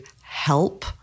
help